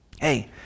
hey